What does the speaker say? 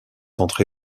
entré